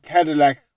Cadillac